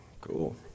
Cool